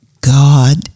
God